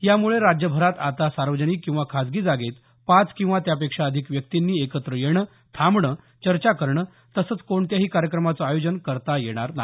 यामुळे राज्यभरात आता सार्वजनिक किंवा खाजगी जागेत पाच किंवा त्यापेक्षा अधिक व्यक्तीनी एकत्र येणं थांबणं चर्चा करणं तसंच कोणत्याही कार्यक्रमाचं आयोजन करता येणार नाही